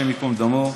השם ייקום דמו.